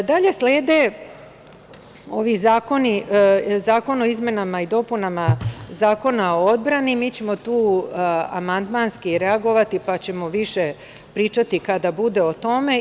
Dalje sledi Zakon o izmenama i dopunama Zakona o odbrani, tu ćemo amandmanski reagovati, pa ćemo više pričati kada bude o tome.